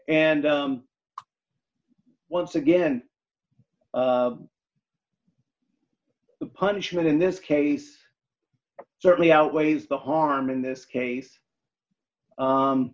and once again the punishment in this case certainly outweighs the harm in this case